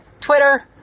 Twitter